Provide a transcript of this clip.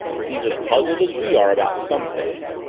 he's as puzzled as we are about some things.